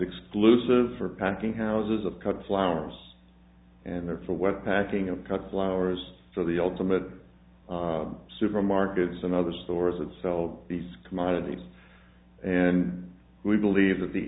exclusive for packing houses of cut flowers and therefore whether packing and cut flowers are the ultimate supermarkets and other stores that sell these commodities and we believe that the